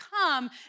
come